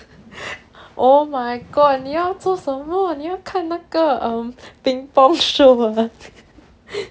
oh my god 你要做什么你要看那个 um ping-pong show ah